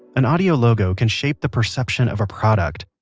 an audio logo can shape the perception of a product.